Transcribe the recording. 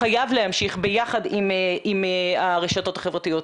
חייב להמשיך ביחד עם הרשתות החברתיות.